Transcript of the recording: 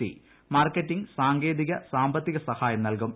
C marketing സാങ്കേതിക സാമ്പത്തിക സഹായം നൽകും